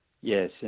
Yes